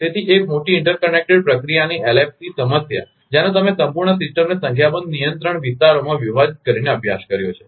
તેથી એક મોટી ઇન્ટરકનેક્ટેડ પ્રક્રિયાની એલએફસી સમસ્યા જેનો તમે સંપૂર્ણ સિસ્ટમને સંખ્યાબંધ નિયંત્રણ વિસ્તારોમાં વિભાજીત કરીને અભ્યાસ કર્યો છે